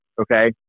Okay